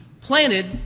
planted